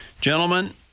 gentlemen